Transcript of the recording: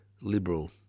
Liberal